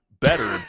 better